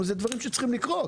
ואלה דברים שצריכים לקרות,